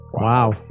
Wow